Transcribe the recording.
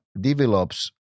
develops